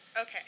Okay